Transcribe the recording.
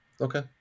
Okay